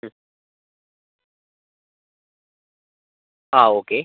ഉം ആ ഓക്കേ